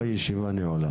הישיבה נעולה.